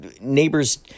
neighbors